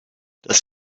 das